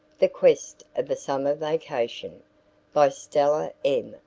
the quest of a summer vacation by stella m.